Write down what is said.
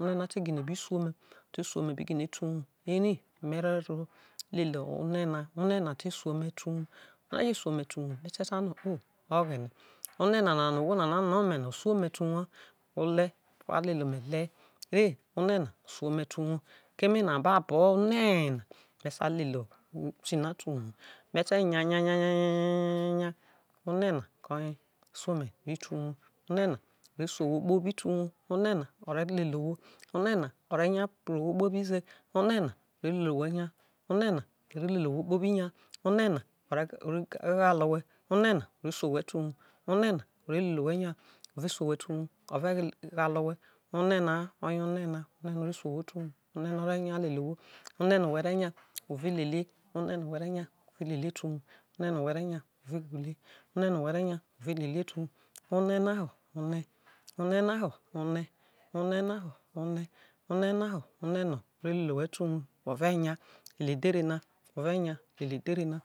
o te bi gine su omie te uwuo keme na ababo ole na me sia te uwou ho me nya nya nya nya ole na o re su ohwo kpobi te uwuo ole na o re ghale owhe ole na oye ho ole na no o re su owhe te uwuo ole no who re nya who ve lele ole no who nya who ve lele te uwuo ole na ole ole na ole ole na ole ole na ole lele edhere na.